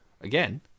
Again